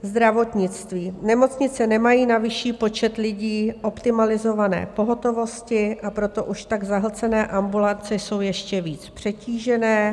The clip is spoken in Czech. Zdravotnictví: Nemocnice nemají na vyšší počet lidí optimalizované pohotovosti, a proto už tak zahlcené ambulance jsou ještě víc přetížené.